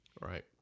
right